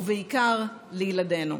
ובעיקר לילדינו.